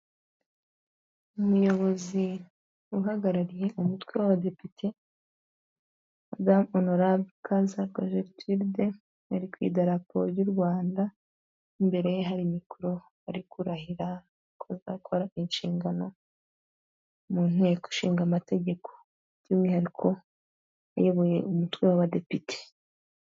Umuyobozi uhagarariye umutwe w'abadepite, witwa Honorable Mukasanga Gertrude ari ku idarapo ry'u Rwanda. Imbere ye hari mikoro arikurahira ko azakora inshingano mu Nteko ishinga amategeko by'umwihariko uyoboye umutwe w'abadepite.